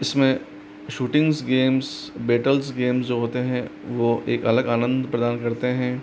इसमें shootings games battles games जो होते हैं वो एक अलग आनंद प्रदान करते हैं